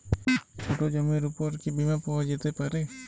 ছোট জমির উপর কি বীমা পাওয়া যেতে পারে?